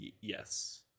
Yes